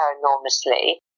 enormously